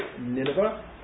Nineveh